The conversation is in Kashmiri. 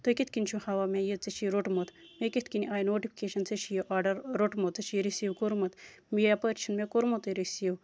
تُہۍ کِتھ کٔنۍ چھِ ہاوان مےٚ یہِ ژٕ چھُے روٚٹمُت مےٚ کِتھ کٔنۍ آیہِ نوٹِفِکیشَن ژےٚ چھُے یہِ آرڈر روٚٹمُت ژےٚ چھُے یہِ رٔسٮیٖو کوٚرمُت یِپٲرۍ چھُنہٕ مےٚ کوٚرمُتُے رٔسیٖو